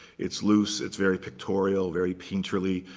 it's loose. it's very pictorial, very painterly.